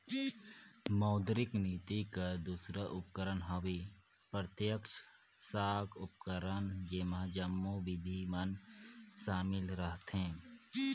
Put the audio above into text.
मौद्रिक नीति कर दूसर उपकरन हवे प्रत्यक्छ साख उपकरन जेम्हां जम्मो बिधि मन सामिल रहथें